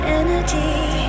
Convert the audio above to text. energy